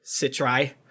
citri